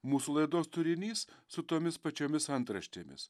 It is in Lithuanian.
mūsų laidos turinys su tomis pačiomis antraštėmis